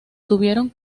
tuvieron